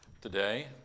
today